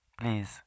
Please